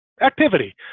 activity